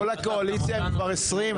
כל הקואליציה הם כבר 20,